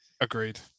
Agreed